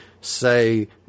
say